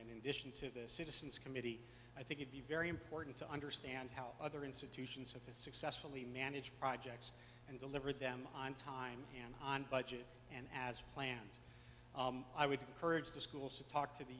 addition to the citizens committee i think it be very important to understand how other institutions have to successfully manage projects and deliver them on time and on budget and as planned i would encourage the schools to talk to the